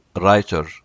writer